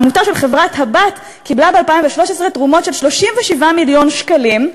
העמותה של חברת-הבת קיבלה ב-2013 תרומות של 37 מיליון שקלים,